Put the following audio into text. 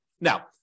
Now